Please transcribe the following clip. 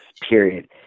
period